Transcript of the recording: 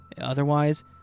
Otherwise